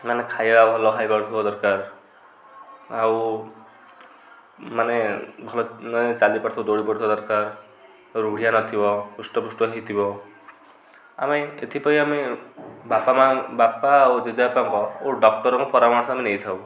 ମାନେ ଖାଇବା ଭଲ ଖାଇପାରୁଥିବା ଦରକାର ଆଉ ମାନେ ଭଲ ମାନେ ଚାଲି ପାରୁଥିବ ଦୌଡ଼ି ପାରୁଥିବା ଦରକାର ରୁଢ଼ିଆ ନଥିବ ହୃଷ୍ଟପୁଷ୍ଟ ହେଇଥିବ ଆମେ ଏଥିପାଇଁ ଆମେ ବାପା ମାଆ ବାପା ଆଉ ଜେଜେବାପାଙ୍କ ଓ ଡକ୍ତରଙ୍କ ପରାମର୍ଶ ଆମେ ନେଇଥାଉ